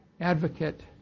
advocate